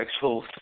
sexuals